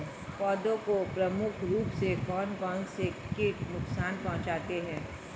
पौधों को प्रमुख रूप से कौन कौन से कीट नुकसान पहुंचाते हैं?